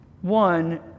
One